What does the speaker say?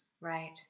Right